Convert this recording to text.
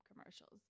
commercials